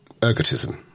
ergotism